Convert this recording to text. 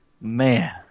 Man